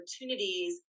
opportunities